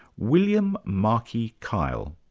william marquis kyle.